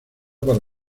para